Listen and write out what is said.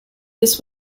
this